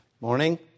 Morning